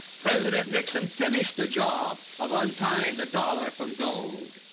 president nixon finished the job of untying the dollar from gold.